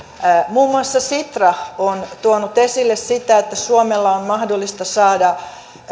muun muassa sitra on tuonut esille sitä että suomella on mahdollisuus saada